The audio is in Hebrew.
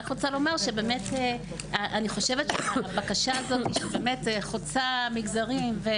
הבקשה הזאת שחוצה מגזרים,